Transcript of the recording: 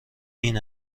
این